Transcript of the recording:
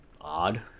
odd